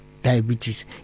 Diabetes